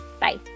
Bye